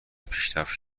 پیشرفت